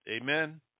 Amen